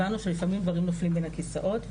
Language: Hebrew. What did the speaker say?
הבנו שלפעמים דברים נופלים בין הכיסאות,